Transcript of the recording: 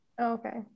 okay